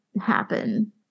happen